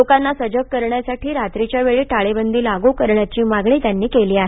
लोकांना सजग करण्यासाठी रात्रीच्या वेळी टाळेबंदी लागू करण्याची मागणी त्यांनी केली आहे